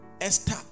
Esther